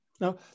now